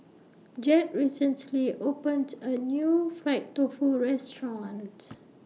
Jett recently opened A New Fried Tofu restaurants